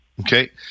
Okay